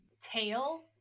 tail